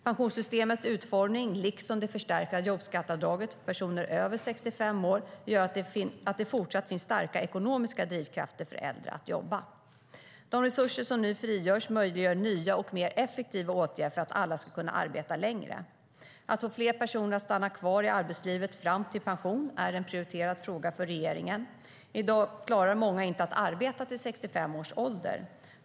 Pensionssystemets utformning, liksom det förstärkta jobbskatteavdraget för personer över 65 år, gör att det även fortsättningsvis finns starka ekonomiska drivkrafter för äldre att jobba. Att få fler att stanna kvar i arbetslivet fram till pensionen är en prioriterad fråga för regeringen. I dag klarar många inte att arbeta till 65 års ålder.